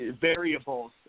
variables